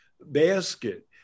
basket